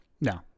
No